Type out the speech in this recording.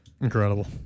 Incredible